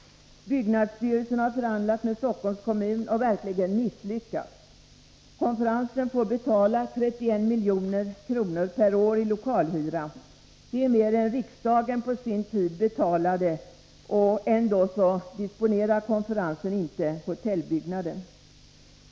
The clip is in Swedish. Byggnadsstyrelsen har förhandlat med Stockholms kommun och verkligen misslyckats. Konferensen får betala 31 milj.kr. per år i lokalhyra. Det är mer än riksdagen på sin tid betalade, och ändå disponerar konferensen inte hotellbyggnaden.